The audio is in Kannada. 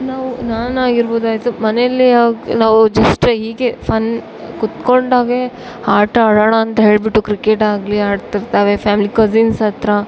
ನಾವು ನಾನಾಗಿರ್ಬೌದು ಆಯಿತು ಮನೇಯಲಿ ಆಗ ನಾವು ಜಸ್ಟ್ ಹೀಗೆ ಫನ್ ಕುತ್ಕೊಂಡಾಗೆ ಆಟ ಆಡೋಣಾಂತ ಹೇಳಿಬಿಟ್ಟು ಕ್ರಿಕೆಟಾಗಲಿ ಆಡ್ತಿರ್ತಾವೆ ಫ್ಯಾಮ್ಲಿ ಕಸಿನ್ಸ್ ಹತ್ತಿರ